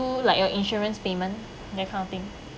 to like your insurance payment that kind of thing